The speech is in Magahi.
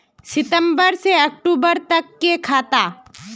सितम्बर से अक्टूबर तक के खाता?